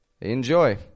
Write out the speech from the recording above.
Enjoy